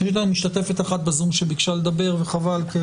משתתפת בזום שביקשה לדבר.